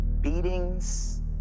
beatings